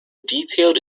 detailed